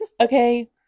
Okay